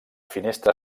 finestra